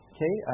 Okay